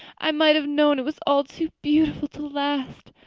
i might have known it was all too beautiful to last.